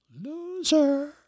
Loser